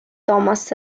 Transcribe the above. thomas